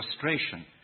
frustration